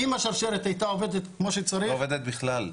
אם השרשרת הייתה עובדת כמו שצריך --- היא לא עובדת בכלל.